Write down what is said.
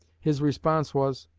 his response was,